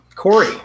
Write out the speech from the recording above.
Corey